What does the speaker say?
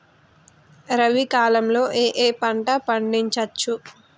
రబీ కాలంలో ఏ ఏ పంట పండించచ్చు?